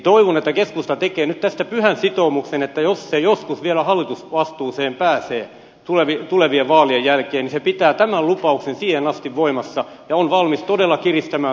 toivon että keskusta tekee nyt tästä pyhän sitoumuksen että jos se joskus vielä hallitusvastuuseen pääsee tulevien vaalien jälkeen niin se pitää tämän lupauksen siihen asti voimassa ja on valmis todella kiristämään tuloveroprogressiota suurituloisilla